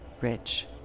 rich